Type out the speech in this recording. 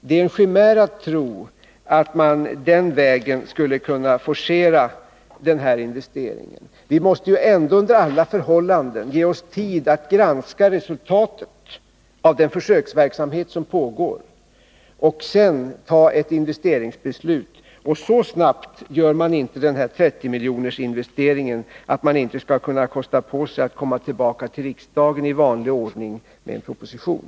Det är en chimär att tro att man den vägen skulle kunna forcera denna investering. Vi måste ändå under alla förhållanden ge oss tid att granska resultatet av den försöksverksamhet som pågår och sedan ta ett investeringsbeslut. Så snabbt görs inte denna 30-miljonerkronorsinvestering att man inte skulle kunna kosta på sig att komma tillbaka till riksdagen i vanlig ordning med en proposition.